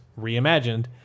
reimagined